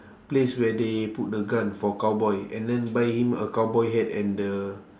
place where they put the gun for cowboy and then buy him a cowboy hat and the